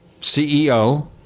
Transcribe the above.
CEO